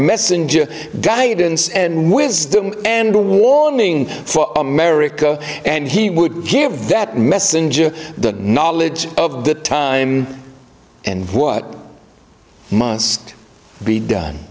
messenger guidance and wisdom and a warning for america and he would give that messenger the knowledge of the time and what must be done